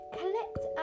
collect